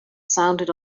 sounded